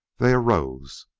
they arose,